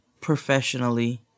professionally